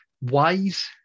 Wise